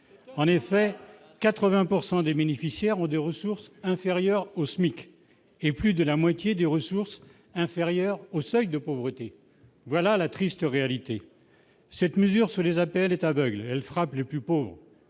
pourcent des des bénéficiaires ont des ressources inférieures au SMIC et plus de la moitié des ressources inférieures au seuil de pauvreté, voilà la triste réalité, cette mesure sur les appels est aveugle, elle frappe les plus pauvres,